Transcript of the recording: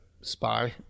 spy